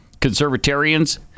Conservatarians